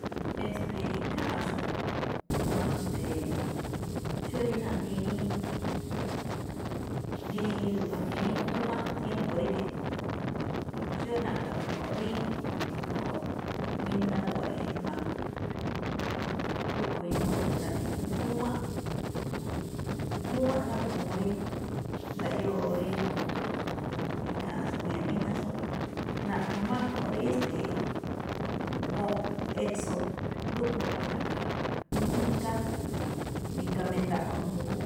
esteeꞌ ikháa̱nꞌxo̱ꞌ xó rí jaꞌnii rí dí ngúwán tiémpo̱ ríge̱ꞌ, xó rí na̱ꞌkha̱ go̱nꞌ rí́ go̱nꞌ ri mijna gu̱wa̱ꞌ, rúꞌkhue̱n ñajuun naꞌne ngúwánꞌ, ngúwán ikhaa rúꞌkhue̱n ñajuun rí ndaꞌyóo rí, ikháa̱nꞌxo̱ꞌ mu̱ña̱wa̱n míjnáxo̱ꞌ. Na̱ꞌkha̱ máꞌ go̱nꞌ rí estee, go̱nꞌ e̱tso̱ rúꞌ̱khue̱n na̱ꞌkha̱, mika, mika me̱ndaꞌkho mbu̱júꞌ.